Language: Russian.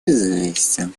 известен